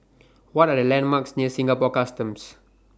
What Are The landmarks near Singapore Customs